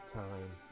time